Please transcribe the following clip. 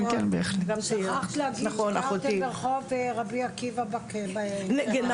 שכחת להגיד רבי עקיבא בכרם.